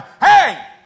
Hey